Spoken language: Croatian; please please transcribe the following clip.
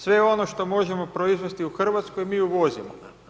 Sve ono što možemo proizvesti u Hrvatskoj mi uvozimo.